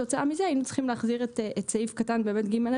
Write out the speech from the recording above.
כתוצאה מזה היינו צריכים להחזיר את סעיף קטן (ג1),